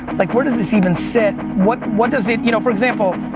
like where does this even sit? what what does it, you know for example,